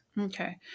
okay